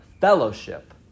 fellowship